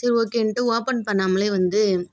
சரி ஓகேன்ட்டு ஓப்பன் பண்ணாமலே வந்து